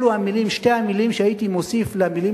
אלו שתי המלים שהייתי מוסיף למלים